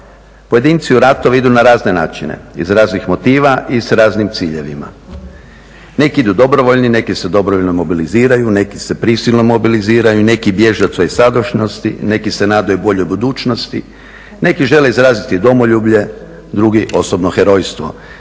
Pojedinci u ratove idu na razne načine, iz raznih motiva i s raznim ciljevima. Neki idu dobrovoljno, neki se dobrovoljno mobiliziraju, neki se prisilno mobiliziraju, neki bježe od svoje sadašnjosti, neki se nadaju boljoj budućnosti, neki žele izraziti domoljublje, drugi osobno herojstvo,